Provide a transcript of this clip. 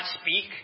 speak